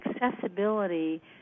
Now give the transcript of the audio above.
accessibility